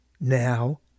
now